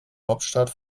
hauptstadt